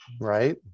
right